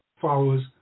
followers